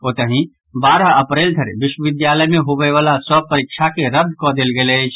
ओतहि बारह अप्रैल धरि विश्वविद्यालय मे होबय वला सभ परीक्षा के रद्द कऽ देल गेल अछि